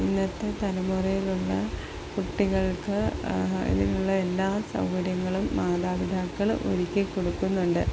ഇന്നത്തെ തലമുറയിലുള്ള കുട്ടികൾക്ക് ഇതിനുള്ള എല്ലാ സൗകര്യങ്ങളും മാതാപിതാക്കൾ ഒരുക്കിക്കൊടുക്കുന്നുണ്ട്